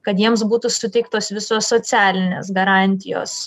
kad jiems būtų suteiktos visos socialinės garantijos